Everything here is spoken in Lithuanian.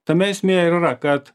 tame esmė ir yra kad